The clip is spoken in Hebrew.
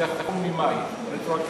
זה יחול ממאי רטרואקטיבית.